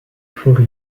for